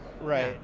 Right